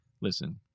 listen